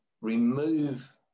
remove